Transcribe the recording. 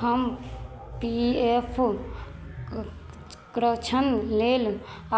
हम P F क्र लेल